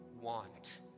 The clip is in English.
want